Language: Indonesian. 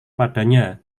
padanya